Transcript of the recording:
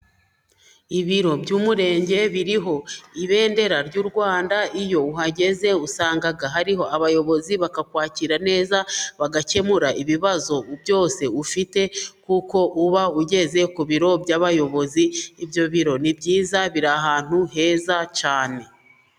Ibiro by'umurenge biriho ibendera ry'u Rwanda, iyo uhageze usanga hariho abayobozi bakakwakira neza, bagakemura ibibazo byose ufite, kuko uba ugeze ku biro by'abayobozi, ibyo biro ni byiza, biri ahantu heza cyane.